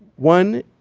one,